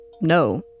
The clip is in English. no